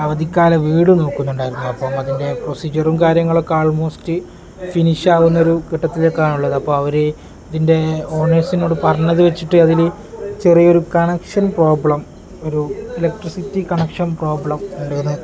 അവധിക്കാല വീട് നോക്കുന്നുണ്ടായിരുന്നു അപ്പം അതിൻ്റെ പ്രൊസീജിയറും കാര്യങ്ങളൊക്കെ ആൾമോസ്റ്റ് ഫിനിഷ് ആവുന്ന ഒരു ഘട്ടത്തിലേക്കാണ് ഉള്ളത് അപ്പം അവർ ഇതിൻ്റെ ഓണേഴ്സിനോട് പറഞ്ഞത് വച്ചിട്ട് അതിൽ ചെറിയ ഒരു കണക്ഷൻ പ്രോബ്ലം ഒരു ഇലക്ട്രിസിറ്റി കണക്ഷൻ പ്രോബ്ലം ഉണ്ടെന്ന്